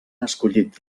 escollit